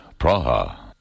Praha